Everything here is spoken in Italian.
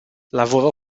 lavorò